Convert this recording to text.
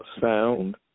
sound